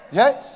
yes